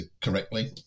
correctly